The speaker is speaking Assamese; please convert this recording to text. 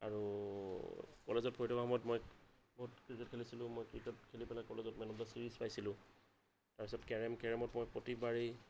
আৰু কলেজত পঢ়ি থকাৰ সময়ত মই বহুত ক্ৰিকেট খেলিছিলোঁ ক্ৰিকেট খেলি পেলাই মই মেন অফ দা ছিৰিজ পাইছিলোঁ তাৰ পিছত কেৰম কেৰমত মই প্ৰতি বাৰেই